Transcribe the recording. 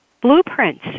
blueprints